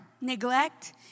neglect